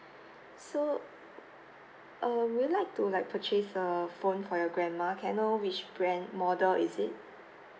so err would you like to like purchase a phone for your grandma can I know which brand model is it